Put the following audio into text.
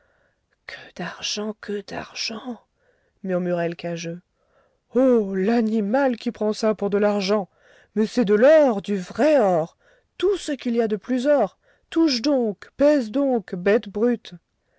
que d'argent que d'argent murmurait l'cageux oh l'animal qui prend ça pour de l'argent mais c'est de l'or du vrai or tout ce qu'il y a de plus or touche donc pèse donc bête brute